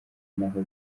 naho